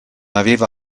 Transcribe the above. aveva